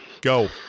Go